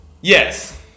Yes